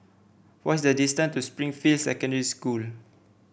what is the distance to Springfield Secondary School